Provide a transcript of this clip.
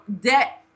debt